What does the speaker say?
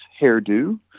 hairdo